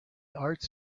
arts